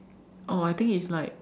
oh I think it's like